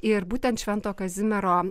ir būtent švento kazimiero